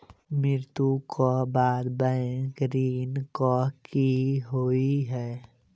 मृत्यु कऽ बाद बैंक ऋण कऽ की होइ है?